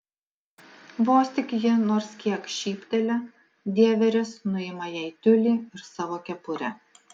vos tik ji nors kiek šypteli dieveris nuima jai tiulį ir savo kepurę